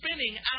spinning